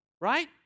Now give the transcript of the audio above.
Right